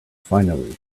finally